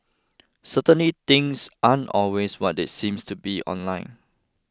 certainly things aren't always what they seems to be online